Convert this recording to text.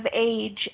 age